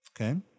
Okay